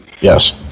Yes